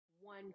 one